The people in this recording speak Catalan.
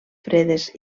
fredes